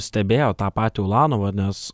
stebėjo tą patį ulanovą nes